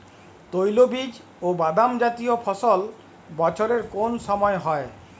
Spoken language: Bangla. তৈলবীজ ও বাদামজাতীয় ফসল বছরের কোন সময় হয়?